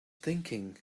thinking